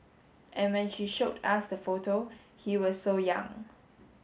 and when she showed us the photo he was so young